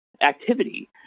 activity